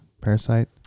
Parasite